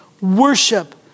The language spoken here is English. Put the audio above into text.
Worship